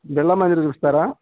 బిర్లా మందిర్ చూపిస్తారా